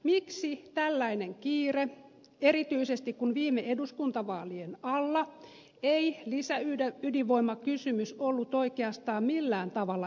miksi tällainen kiire erityisesti kun viime eduskuntavaalien alla ei lisäydinvoimakysymys ollut oikeastaan millään tavalla esillä